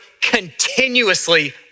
continuously